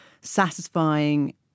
satisfying